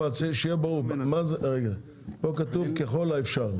פה כתוב ככל האפשר.